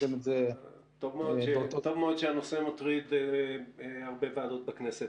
טוב מאוד שהנושא מטריד הרבה ועדות בכנסת.